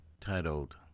titled